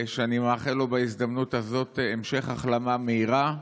שאני מאחל לו בהזדמנות הזאת המשך החלמה מהירה,